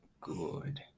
good